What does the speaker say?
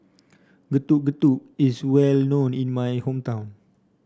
Getuk Getuk is well known in my hometown